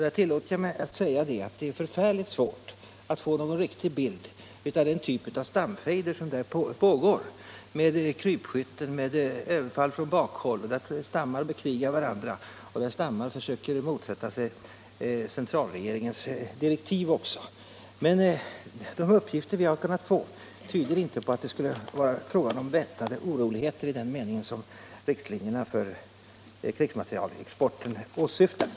Jag tillåter mig att säga att det är förfärligt svårt att få någon riktig bild av den typ av stamfejder som där pågår — med krypskytte, överfall från bakhåll, stammar som bekrigar varandra och som försöker motsätta sig centralregeringens direktiv. Men de uppgifter vi har kunnat få tyder inte på att det skulle vara fråga om väpnade oroligheter i den mening som riktlinjerna för krigsmaterielexporten åsyftar.